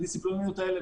לדיסציפלינות האלה.